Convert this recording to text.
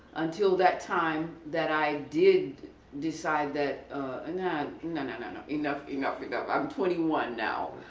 until that time that i did decide that and that no no no no enough enough enough i'm twenty one now,